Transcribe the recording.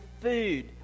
food